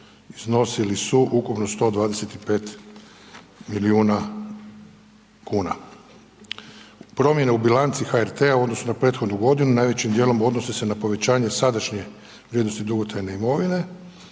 iznosili su ukupno 125 milijuna kuna. Promjene u bilanci HRT-a u odnosu na prethodnu godinu najvećim dijelom odnose se na povećanje sadašnje vrijednosti dugotrajne imovine